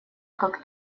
как